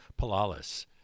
Palalis